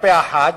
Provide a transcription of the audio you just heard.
כלפי החאג',